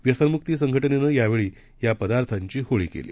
व्यसनमुक्तीसंघटनेनंयावेळीयापदार्थांचीहोळीकेली